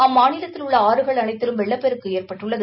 அம்மாநிலத்தில் உள்ள ஆறுகள் அனைத்திலும் வெள்ளப்பெருக்கு ஏற்பட்டுள்ளது